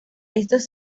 estos